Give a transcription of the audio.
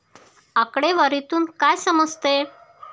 आकडेवारीतून काय समजते?